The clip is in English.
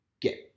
get